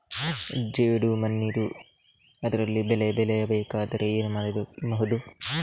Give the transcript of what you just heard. ಜೇಡು ಮಣ್ಣಿದ್ದು ಅದರಲ್ಲಿ ಬೆಳೆ ಬೆಳೆಯಬೇಕಾದರೆ ಏನು ಮಾಡ್ಬಹುದು?